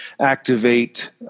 activate